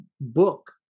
book